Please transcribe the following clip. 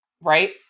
Right